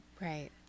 Right